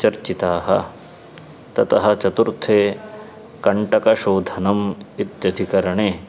चर्चिताः ततः चतुर्थे कण्टकशोधनम् इत्यधिकरणे